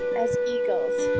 as eagles